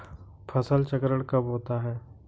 फसल चक्रण कब होता है?